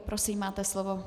Prosím, máte slovo.